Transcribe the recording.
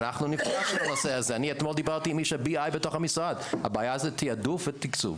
הבעיה זה תעדוף ותקצוב.